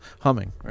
humming